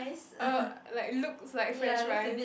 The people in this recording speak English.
uh like looks like french fries